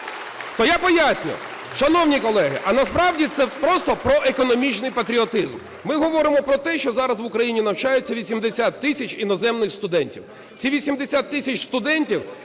То я поясню. Шановні колеги, а насправді, це просто про економічний патріотизм. Ми говоримо про те, що зараз в Україні навчаються 80 тисяч іноземних студентів. Ці 80 тисяч студентів